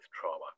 trauma